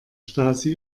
stasi